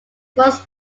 was